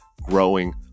growing